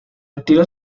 estilo